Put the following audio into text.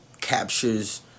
captures